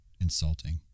insulting